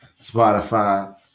Spotify